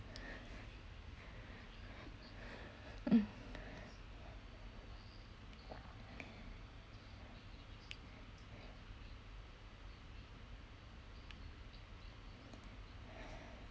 mm